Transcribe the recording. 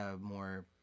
more